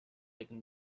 taking